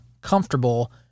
comfortable